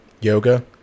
yoga